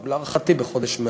להערכתי כבר בחודש מרס.